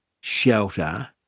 shelter